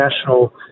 national